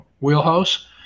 wheelhouse